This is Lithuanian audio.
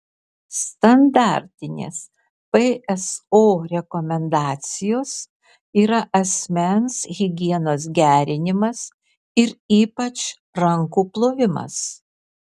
standartinės pso rekomendacijos yra asmens higienos gerinimas ir ypač rankų plovimas